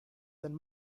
than